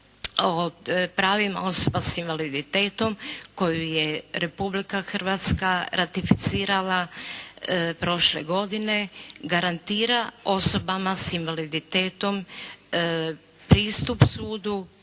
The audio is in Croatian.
pravima osoba sa invaliditetom koju je Republika Hrvatska ratificirala prošle godine garantira osobama sa invaliditetom pristup sudu,